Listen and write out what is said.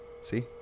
see